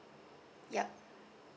yup